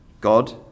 God